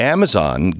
Amazon